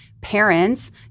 parents